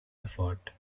effort